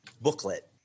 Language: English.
booklet